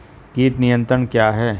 कीट नियंत्रण क्या है?